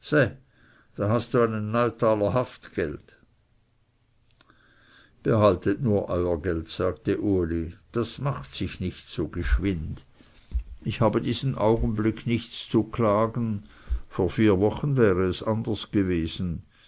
da hast du einen neutaler haftgeld behaltet nur euer geld sagte uli das macht sich nicht so geschwind ich habe diesen augenblick nichts zu klagen vor vier wochen wäre es anders gewesen